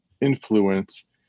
influence